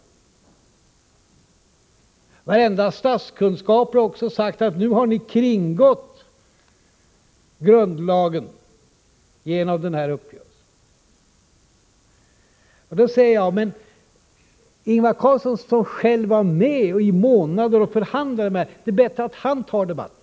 Varenda statsvetare har också sagt att centern nu kringgått grundlagen genom uppgörelsen med kds. Jag hävdar att det är bättre att Ingvar Carlsson, som själv var med och i månader förhandlade om den här saken, för debatten.